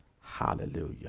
Hallelujah